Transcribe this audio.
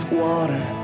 water